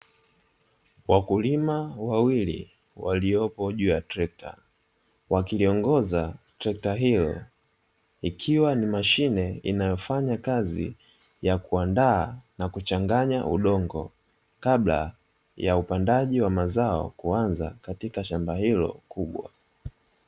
Wakulima wawili waliopo juu ya trekta wakiliongoza trekta hilo, ikiwa ni mashine inayofanya kazi ya kuandaa na kuchanganya udongo, kabla ya upandaji wa mazao kuanza katika shamba hilo kubwa.